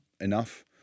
enough